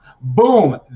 Boom